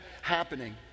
happening